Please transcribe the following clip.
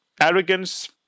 Arrogance